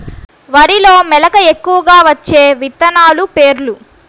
వరిలో మెలక ఎక్కువగా వచ్చే విత్తనాలు పేర్లు?